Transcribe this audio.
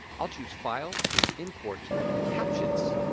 i'll choose file import captions.